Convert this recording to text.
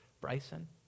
Bryson